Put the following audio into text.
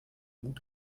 mut